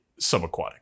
subaquatic